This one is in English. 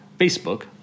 Facebook